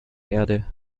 erde